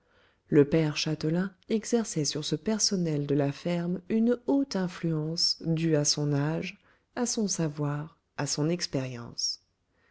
le père châtelain exerçait sur ce personnel de la ferme une haute influence due à son âge à son savoir à son expérience